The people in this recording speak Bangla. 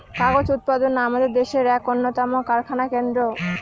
কাগজ উৎপাদনা আমাদের দেশের এক উন্নতম কারখানা কেন্দ্র